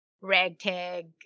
ragtag